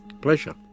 Pleasure